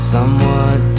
Somewhat